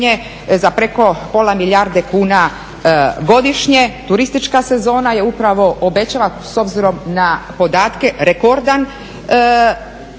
za preko pola milijarde kuna godišnje. Turistička sezona je upravo, obećava s obzirom na podatke rekordan